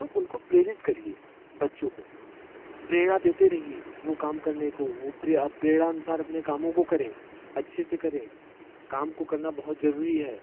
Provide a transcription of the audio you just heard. तो उनको प्रेरित करिए बच्चों को प्रेरणा देते रहिए वो काम करने को वो प्रेरणा अनुसार अपने कामों को करें अच्छे से करें काम को करना बहुत जरूरी है